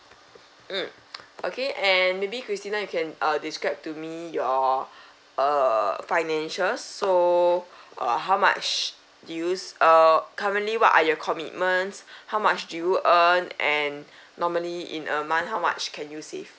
mm okay and maybe christina you can uh describe to me your uh financial so err how much do you s~ err currently what are your commitments how much do you earn and normally in a month how much can you save